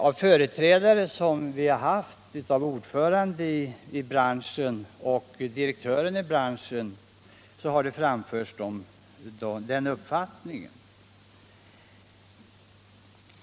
Denna uppfattning har framförts av ledande företrädare för branschen.